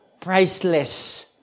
priceless